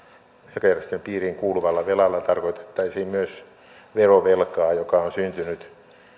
velkajärjestelyn piiriin kuuluvalla velalla tarkoitettaisiin myös verovelkaa joka on syntynyt